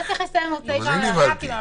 גם אני נבהלתי.